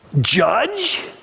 Judge